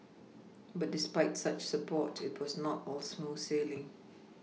but despite such support it was not all smooth sailing